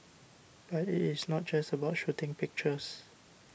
but it is not just about shooting pictures